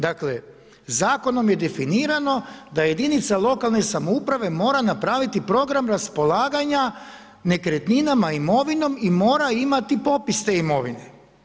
Dakle, zakonom je definirano da jedinica lokalne samouprave mora napraviti program raspolaganja nekretninama i imovinom i mora imati popis te imovine.